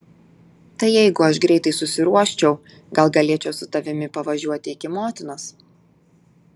tai jeigu aš greitai susiruoščiau gal galėčiau su tavimi pavažiuoti iki motinos